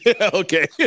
Okay